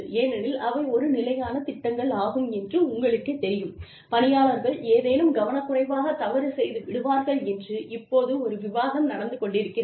ஏனெனில் அவை ஒரு நிலையான திட்டங்கள் ஆகும் என்று உங்களுக்கேத் தெரியும் பணியாளர்கள் ஏதேனும் கவனக்குறைவாக தவறு செய்து விடுவார்கள் என்று இப்போது ஒரு விவாதம் நடந்து கொண்டிருக்கிறது